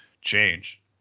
change